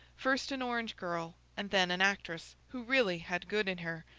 first an orange girl and then an actress, who really had good in her,